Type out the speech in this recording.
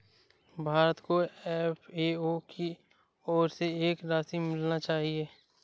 भारत को एफ.ए.ओ की ओर से और राशि मिलनी चाहिए